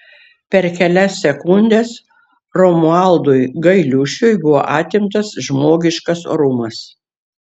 per kelias sekundes romualdui gailiušiui buvo atimtas žmogiškas orumas